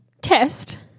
Test